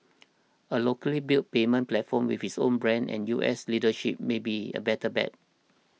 a locally built payments platform with its own brand and U S leadership may be a better bet